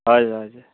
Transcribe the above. हजुर हजुर